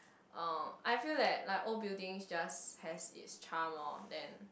uh I feel that like old buildings just has its charm [oth] then